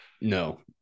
No